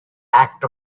act